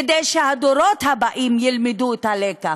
כדי שהדורות הבאים ילמדו את הלקח,